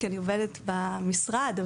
היא 12%; אני יודעת את זה כי אני עובדת במשרד,